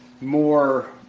more